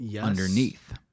underneath